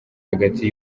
hagati